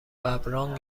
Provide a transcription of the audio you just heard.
ﺑﺒﺮﺍﻥ